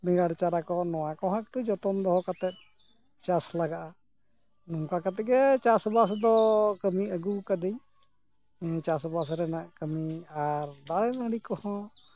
ᱵᱮᱸᱜᱟᱲ ᱪᱟᱨᱟ ᱠᱚ ᱱᱚᱣᱟ ᱠᱚᱦᱚᱸ ᱮᱠᱴᱩ ᱡᱚᱛᱚᱱ ᱫᱚᱦᱚ ᱠᱟᱛᱮᱫ ᱪᱟᱥ ᱞᱟᱜᱟᱜᱼᱟ ᱱᱚᱝᱠᱟ ᱠᱟᱛᱮᱫ ᱜᱮ ᱪᱟᱥ ᱵᱟᱥ ᱫᱚ ᱠᱟᱹᱢᱤ ᱟᱜᱩᱣ ᱠᱟᱹᱫᱟᱹᱧ ᱪᱟᱥᱵᱟᱥ ᱨᱮᱱᱟᱜ ᱠᱟᱹᱢᱤ ᱟᱨ ᱫᱟᱨᱮ ᱱᱟᱲᱤ ᱠᱚᱦᱚᱸ